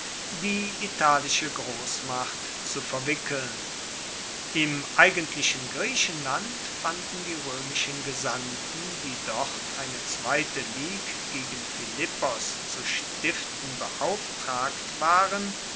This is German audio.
die italische grossmacht zu verwickeln im eigentlichen griechenland fanden die roemischen gesandten die dort eine zweite ligue gegen philippos zu stiften beauftragt waren